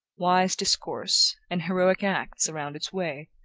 wise discourse, and heroic acts, around its way,